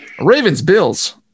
Ravens-Bills